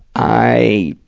i,